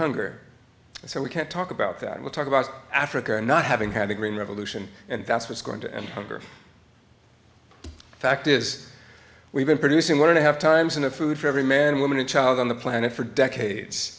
hunger so we can't talk about that we'll talk about africa not having had a green revolution and that's what's going to end hunger the fact is we've been producing one and a half times in a food for every man woman and child on the planet for decades